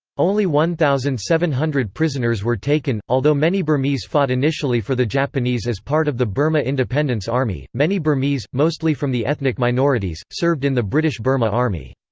only one thousand seven hundred prisoners were taken although many burmese fought initially for the japanese as part of the burma independence army, many burmese, mostly from the ethnic minorities, served in the british burma army.